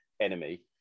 enemy